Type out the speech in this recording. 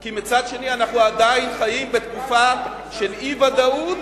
כי מצד שני אנחנו עדיין חיים בתקופה של אי-ודאות,